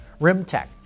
RimTech